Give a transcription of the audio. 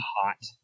hot